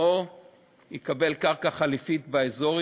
או יקבל קרקע חלופית באזור,